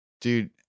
Dude